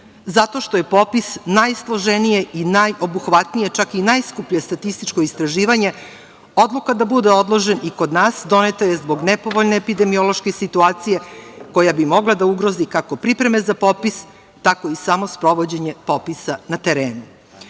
zato što je popis najsloženije i najobuhvatnije, čak i najskuplje statističko istraživanje. Odluka da bude odložen kod nas doneta je zbog nepovoljne epidemiološke situacije koja bi mogla da ugrozi kako pripreme za popis, tako i samo sprovođenje popisa na terenu. Popis